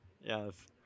Yes